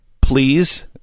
Please